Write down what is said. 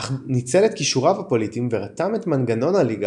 אך ניצל את כישוריו הפוליטיים ורתם את מנגנון הליגה